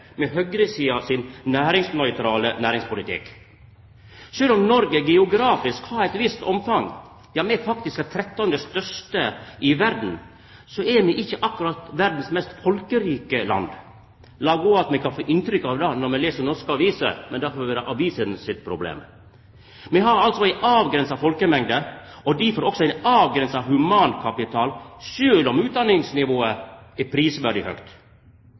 med høgresida sin næringsnøytrale næringspolitikk. Sjølv om Noreg geografisk har eit visst omfang – ja, me er faktisk det 13. største i verda – så er me ikkje akkurat verdas mest folkerike land. La gå at me kan få inntrykk av det når me les norske aviser, men det får vera avisene sitt problem. Me har altså ei avgrensa folkemengd og difor også ein avgrensa humankapital, sjølv om utdanningsnivået er prisverdig høgt.